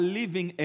living